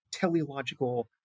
teleological